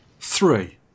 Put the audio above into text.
Three